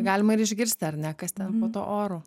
galima ir išgirsti ar ne kas ten po tuo oru